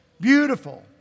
Beautiful